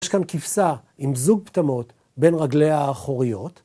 יש כאן כבשה עם זוג פטמות בין רגליה האחוריות.